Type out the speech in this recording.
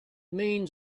means